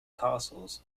castles